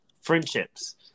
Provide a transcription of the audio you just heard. friendships